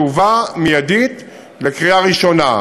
תובא מייד לקריאה ראשונה.